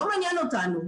לא מעניין אותנו,